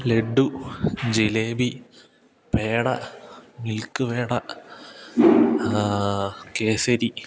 laddu jalebi peda milk peda Kesari